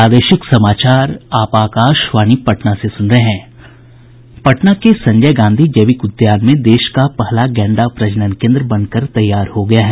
पटना के संजय गांधी जैविक उद्यान में देश का पहला गैंडा प्रजनन केंद्र बनकर तैयार हो गया है